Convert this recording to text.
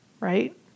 Right